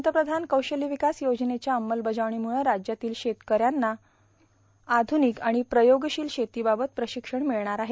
पंतप्रधान कौशल्य विकास योजनेच्या अंमलबजावणीमुळं राज्यातील शेतकऱ्यांना आर्ध्रानक आर्गाण प्रयोगांशल शेतीबाबत प्राशक्षण मिळणार आहे